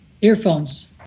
earphones